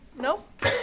Nope